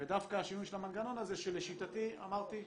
ודווקא השימוש במנגנון הזה, שלשיטתי, אמרתי,